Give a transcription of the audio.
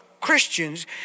Christians